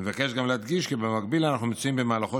אני מבקש גם להדגיש כי במקביל אנחנו נמצאים במהלכו